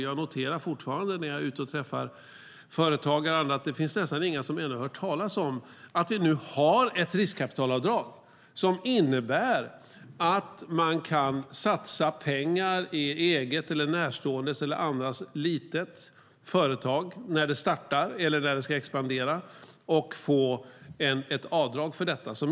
Jag noterar fortfarande när jag är ute och träffar företagare och andra att det nästan inte finns några som ännu har hört talas om att vi nu har ett riskkapitalavdrag som innebär att man kan satsa pengar i eget, närståendes eller annat litet företag när det startar eller när det ska expandera och få ett avdrag för detta.